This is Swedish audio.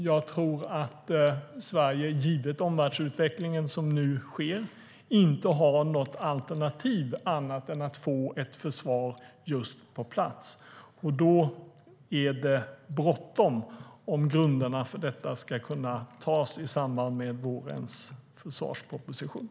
Jag tror att Sverige, givet omvärldsutvecklingen som nu sker, inte har något alternativ annat än att få ett försvar på plats. Då är det bråttom om grunden för detta ska kunna läggas i samband med vårens försvarsproposition.